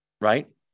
right